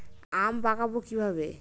আম পাকাবো কিভাবে?